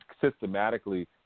systematically